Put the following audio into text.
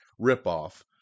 ripoff